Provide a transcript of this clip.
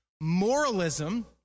Moralism